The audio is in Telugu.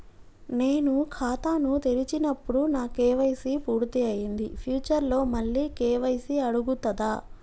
నేను ఖాతాను తెరిచినప్పుడు నా కే.వై.సీ పూర్తి అయ్యింది ఫ్యూచర్ లో మళ్ళీ కే.వై.సీ అడుగుతదా?